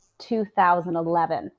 2011